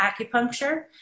acupuncture